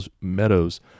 meadows